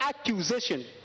accusation